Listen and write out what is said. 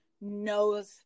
knows